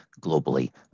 globally